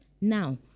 Now